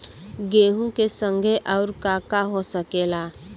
गेहूँ के संगे आऊर का का हो सकेला?